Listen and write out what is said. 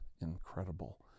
incredible